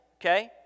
okay